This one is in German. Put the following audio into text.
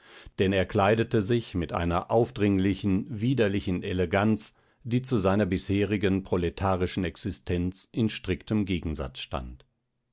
denn er kleidete sich mit einer aufdringlichen widerlichen eleganz die zu seiner bisherigen proletarischen existenz in striktem gegensatz stand